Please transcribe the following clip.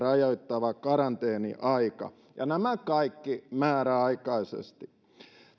rajoittavan karanteeniajan poistamisesta ja nämä kaikki määräaikaisesti